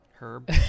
Herb